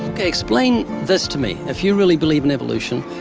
okay, explain this to me if you really believe in evolution.